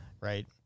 Right